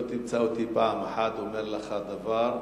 לא תמצא אותי פעם אחת אומר לך דבר,